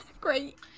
great